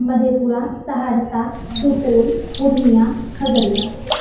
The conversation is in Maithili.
मधेपुरा सहरसा सुपौल पूर्णिया खगड़िया